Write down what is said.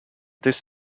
this